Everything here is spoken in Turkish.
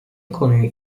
konuyu